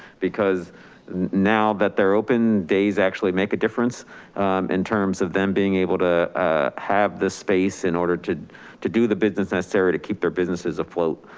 because now that their open, days actually make a difference in terms of them being able to have this space in order to to do the business necessary to keep their businesses afloat.